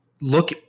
look